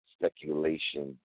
Speculation